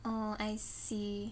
oh I see